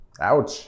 ouch